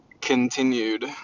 continued